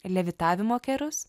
levitavimo kerus